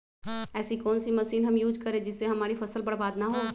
ऐसी कौन सी मशीन हम यूज करें जिससे हमारी फसल बर्बाद ना हो?